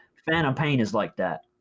phantom pain is like that.